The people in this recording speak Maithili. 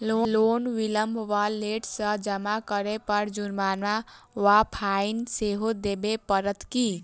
लोन विलंब वा लेट सँ जमा करै पर जुर्माना वा फाइन सेहो देबै पड़त की?